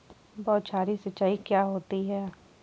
बौछारी सिंचाई क्या होती है?